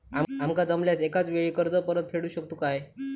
आमका जमल्यास एकाच वेळी कर्ज परत फेडू शकतू काय?